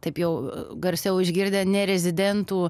taip jau garsiau išgirdę nerezidentų